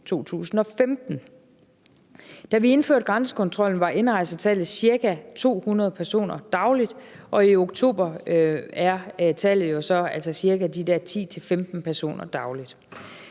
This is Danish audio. Da vi indførte grænsekontrollen, var indrejsetallet ca. 200 personer dagligt, og i oktober er tallet jo så altså ca. 10-15 personer dagligt.